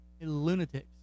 lunatics